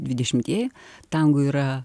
dvidešimtieji tango yra